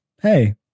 Hey